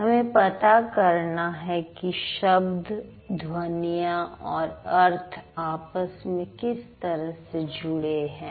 हमें पता करना है कि शब्द ध्वनियां और अर्थ आपस में किस तरह से जुड़े हैं